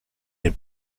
den